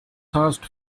thirst